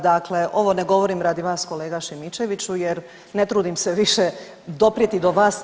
Dakle, ovo ne govorim radi vas kolega Šimičeviću, jer ne trudim se više doprijeti do vas.